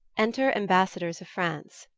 enter ambassadors of france.